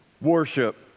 worship